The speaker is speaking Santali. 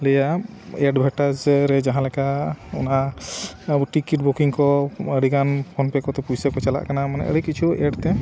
ᱞᱟᱹᱭᱟᱢ ᱮᱰᱵᱷᱮᱴᱟᱡᱽ ᱨᱮ ᱡᱟᱦᱟᱸ ᱞᱮᱠᱟ ᱚᱱᱟ ᱟᱵᱚ ᱴᱤᱠᱤᱴ ᱵᱩᱠᱤᱝ ᱠᱚ ᱟᱹᱰᱤᱜᱟᱱ ᱯᱷᱳᱱ ᱯᱮ ᱠᱚᱛᱮ ᱯᱩᱭᱥᱟᱹ ᱠᱚ ᱪᱟᱞᱟᱜ ᱠᱟᱱᱟ ᱢᱟᱱᱮ ᱟᱹᱰᱤ ᱠᱤᱪᱷᱩ ᱮᱰ ᱛᱮ